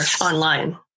online